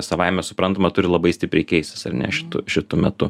savaime suprantama turi labai stipriai keistis ar ne šitu šitu metu